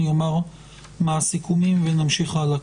אני אומר מה הסיכומים ונמשיך הלאה.